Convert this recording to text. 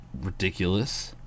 ridiculous